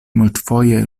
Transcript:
multfoje